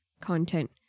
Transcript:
content